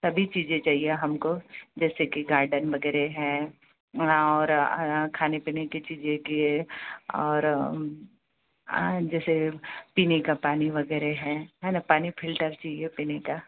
सभी चीज़ें चाहिए हम को जैसे कि गार्डन वगैरह है और खाने पीने की चीज़ें चाहिए और जैसे पीने का पानी वगैरह है है न पानी फ़िल्टर चाहिए पीने का